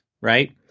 Right